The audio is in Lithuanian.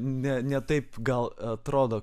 ne ne taip gal atrodo